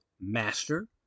master